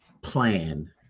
plan